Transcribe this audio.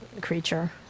creature